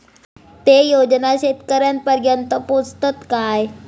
ते योजना शेतकऱ्यानपर्यंत पोचतत काय?